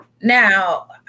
Now